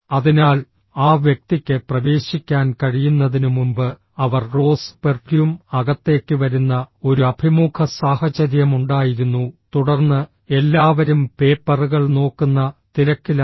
അതിനാൽ ആ വ്യക്തിക്ക് പ്രവേശിക്കാൻ കഴിയുന്നതിനുമുമ്പ് അവർ റോസ് പെർഫ്യൂം അകത്തേക്ക് വരുന്ന ഒരു അഭിമുഖ സാഹചര്യമുണ്ടായിരുന്നു തുടർന്ന് എല്ലാവരും പേപ്പറുകൾ നോക്കുന്ന തിരക്കിലായിരുന്നു